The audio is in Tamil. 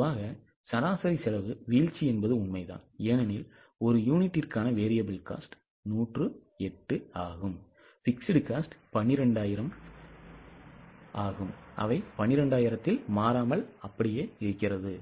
பொதுவாக சராசரி செலவு வீழ்ச்சி என்பது உண்மைதான் ஏனெனில் ஒரு யூனிட்டிற்கான variable cost 108 ஆகும் fixed cost 12000 இல் மாறாமல் இருக்கிறது